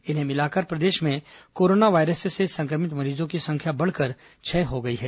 इन्हें मिलाकर प्रदेश में कोरोना वायरस से संक्रमित मरीजों की संख्या बढ़कर छह हो गई है